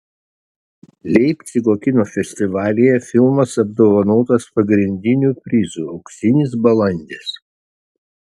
leipcigo kino festivalyje filmas apdovanotas pagrindiniu prizu auksinis balandis